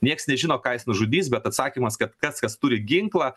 nieks nežino ką jis nužudys bet atsakymas kad tas kas turi ginklą